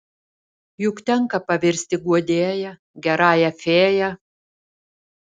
juk tenka pavirsti guodėja gerąją fėja